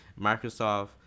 microsoft